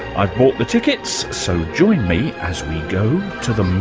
i've bought the tickets so join me as we go to the